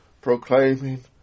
proclaiming